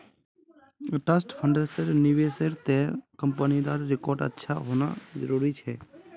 trust फंड्सेर निवेशेर त न कंपनीर रिकॉर्ड अच्छा होना जरूरी छोक